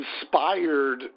inspired